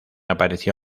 apareció